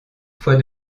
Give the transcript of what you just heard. fois